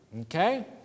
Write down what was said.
Okay